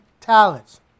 talents